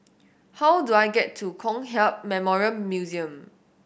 how do I get to Kong Hiap Memorial Museum